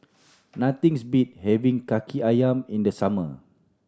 nothing's beats having Kaki Ayam in the summer